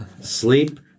Sleep